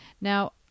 Now